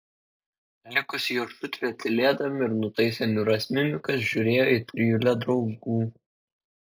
likusi jo šutvė tylėdami ir nutaisę niūrias mimikas žiūrėjo į trijulę draugų